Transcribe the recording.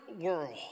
world